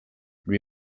lui